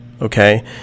okay